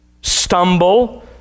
stumble